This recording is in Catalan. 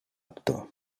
actor